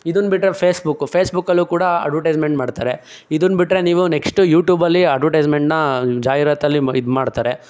ಇದನ್ನು ಬಿಟ್ಟರೆ ಫೇಸ್ಬುಕ್ ಫೇಸ್ಬುಕ್ಕಲ್ಲೂ ಕೂಡ ಅಡ್ವರ್ಟೈಸ್ಮೆಂಟ್ ಮಾಡ್ತಾರೆ ಇದನ್ನು ಬಿಟ್ಟರೆ ನೀವು ನೆಕ್ಸ್ಟ್ ಯೂ ಟ್ಯೂಬಲ್ಲಿ ಅಡ್ವರ್ಟೈಸ್ಮೆಂಟ್ನ ಜಾಹೀರಾತಲ್ಲಿ ಇದು ಮಾಡ್ತಾರೆ